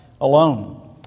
alone